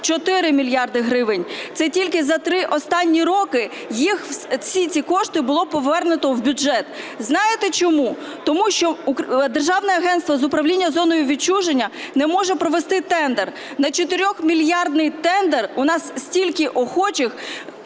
4 мільярди гривень. Це тільки за три останні роки їх, усі ці кошти було повернуто в бюджет. Знаєте чому? Тому що Державне агентство з управління зоною відчуження не може провести тендер. На чотирьохмільярдний тендер у нас стільки охочих